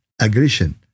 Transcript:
aggression